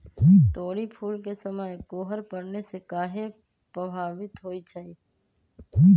तोरी फुल के समय कोहर पड़ने से काहे पभवित होई छई?